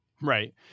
Right